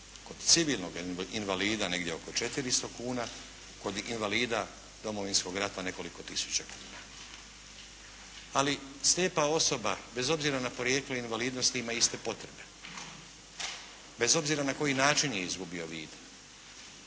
kod civilnoga invalida negdje oko 400 kuna, kod invalida Domovinskog rata nekoliko tisuća kuna. Ali slijepa osoba bez obzira na porijeklo invalidnosti ima iste potrebe bez obzira na koji način je izgubio vid.